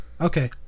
Okay